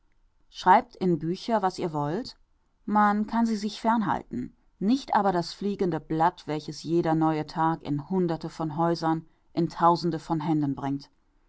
schreibt in bücher was ihr wollt man kann sie sich fern halten nicht aber das fliegende blatt welches jeder neue tag in hunderte von häusern in tausende von händen bringt